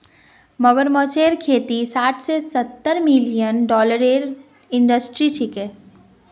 मगरमच्छेर खेती साठ स सत्तर मिलियन डॉलरेर इंडस्ट्री छिके